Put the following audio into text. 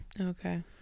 Okay